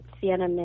Sienna